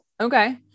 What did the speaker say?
okay